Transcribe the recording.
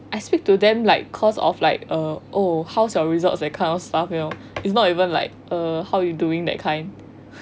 I speak to them like cause of like oh how's your results like that kind of stuff you know it's not like eh how you doing that kind